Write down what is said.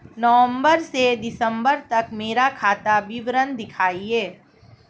नवंबर से दिसंबर तक का मेरा खाता विवरण दिखाएं?